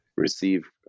receive